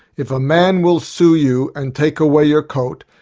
if a man will sue you and take away your coat,